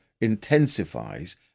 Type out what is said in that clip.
intensifies